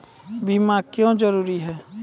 बीमा क्यों जरूरी हैं?